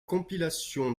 compilation